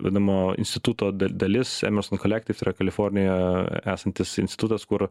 vidamo instituto dal dalis emes nu kolektiv tai yra kalifornijoje esantis institutas kur